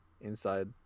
inside